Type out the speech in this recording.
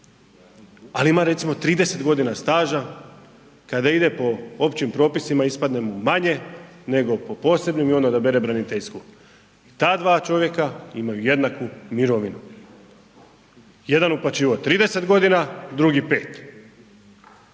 recimo ima 30 godina staža kada ide po općim propisima ispadne mu manje nego po posebnim i onda da bere braniteljsku. Ta dva čovjeka imaju jednaku mirovinu, jedan uplaćivao 30 godina, drugi 5.